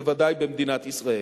וודאי במדינת ישראל.